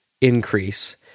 increase